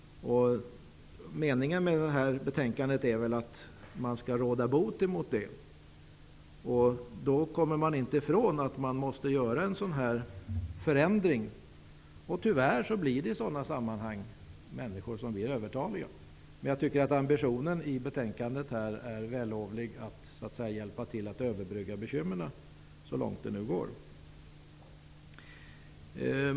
Meningen med betänkandet är väl att råda bot på detta. Då kommer man inte ifrån att en sådan här förändring måste göras. Tyvärr blir i sådana sammanhang människor övertaliga. Men jag tycker att ambitionen i betänkandet är vällovlig när det gäller att överbrygga bekymren så långt det nu går.